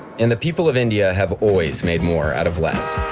and the people of india have always made more out of less.